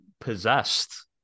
possessed